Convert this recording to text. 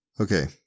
Okay